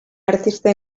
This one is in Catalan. artista